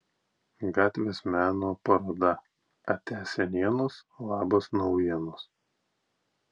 gatvės meno paroda ate senienos labas naujienos